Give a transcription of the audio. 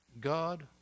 God